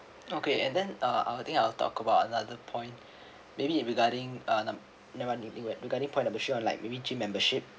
okay and then uh I will think I will talk about another point maybe it regarding uh num~ never mind regarding point number or like maybe gym membership